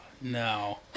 No